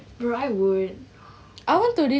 bro I would